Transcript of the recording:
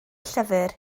llyfr